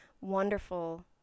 wonderful